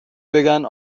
بگن